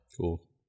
Cool